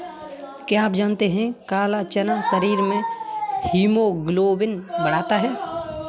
क्या आप जानते है काला चना शरीर में हीमोग्लोबिन बढ़ाता है?